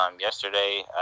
Yesterday